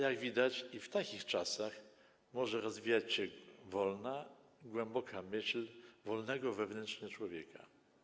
Jak widać, również w takich czasach może rozwijać się wolna i głęboka myśl wolnego wewnętrznie człowieka.